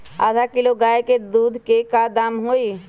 आधा किलो गाय के दूध के का दाम होई?